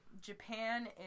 Japan